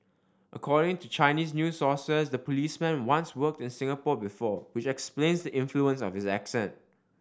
according to Chinese news sources the policeman once worked in Singapore before which explains the influence of his accent